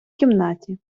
кімнаті